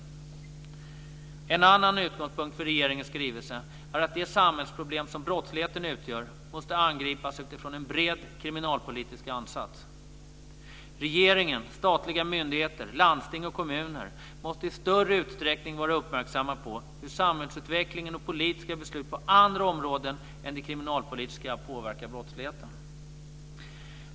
En annan utgångspunkt för regeringens skrivelse är att de samhällsproblem som brottsligheten utgör måste angripas utifrån en bred kriminalpolitisk ansats. Regeringen, statliga myndigheter, landsting och kommuner måste i större utsträckning vara uppmärksamma på hur samhällsutvecklingen och politiska beslut på andra områden än det kriminalpolitiska påverkar brottsligheten.